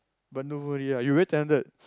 but no worry lah you very talented